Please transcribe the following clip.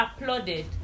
applauded